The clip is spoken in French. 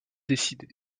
décider